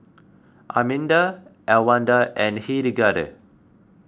Arminda Elwanda and Hildegarde